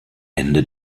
ende